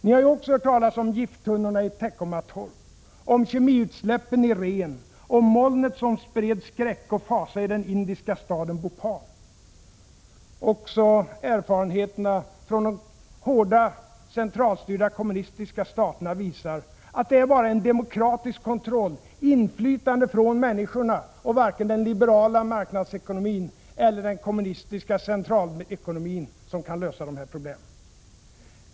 Ni har ju också hört talas om gifttunnorna i Teckomatorp, om kemiutsläppen i Rhen, om molnet som spred skräck och fasa i den indiska staden Bhopal. Också erfarenheterna från de hårt centralstyrda kommunistiska staterna visar att det bara är en demokratisk kontroll, inflytande från människorna, och varken den liberala marknadsekonomin eller den kommunistiska centralekonomin som kan lösa de här problemen.